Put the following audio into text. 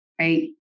Right